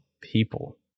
people